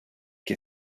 que